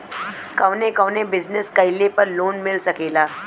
कवने कवने बिजनेस कइले पर लोन मिल सकेला?